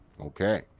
Okay